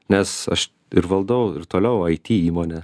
nes aš ir valdau ir toliau aiti įmonę